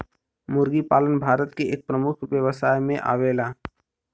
मुर्गी पालन भारत के एक प्रमुख व्यवसाय में आवेला